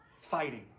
fighting